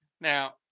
Now